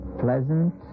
pleasant